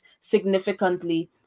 significantly